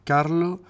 Carlo